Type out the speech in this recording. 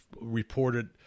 reported